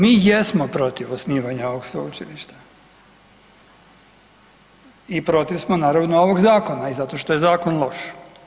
Mi jesmo protiv osnivanja ovog sveučilišta i protiv smo naravno ovoga zakona i zato što je zakon loš.